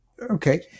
Okay